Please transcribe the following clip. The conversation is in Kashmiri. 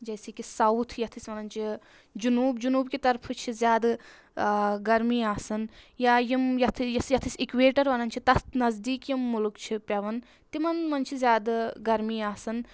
جیسے کہِ ساوُتھ یَتھ أسۍ وَنان چھِ جُنوٗب جُنوٗب کہِ طرفہٕ چھِ زیادٕ گرمی آسان یا یِم یَتھ یُس یَتھ أسۍ اِکویٹَر وَنان چھِ تَتھ نزدیٖک یِم مُلک چھِ پؠوان تِمَن منٛز چھِ زیادٕ گرمی آسان